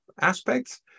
aspects